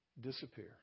disappear